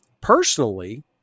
Personally